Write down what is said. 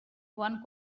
one